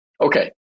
Okay